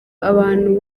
abantu